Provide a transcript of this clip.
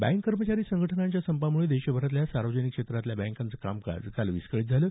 bank कर्मचारी संघटनांच्या संपामुळे देशभरातल्या सार्वजनिक क्षेत्रातल्या बँकांचं कामकाज काल विस्कळित झालं